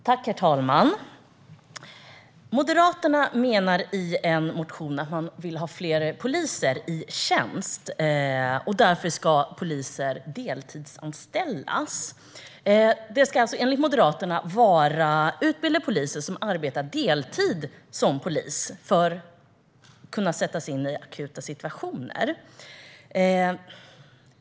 Herr talman! Moderaterna säger i en motion att man vill ha fler poliser i tjänst, och därför ska poliser deltidsanställas. Enligt Moderaterna ska alltså utbildade poliser arbeta deltid för att kunna sättas in i akuta situationer.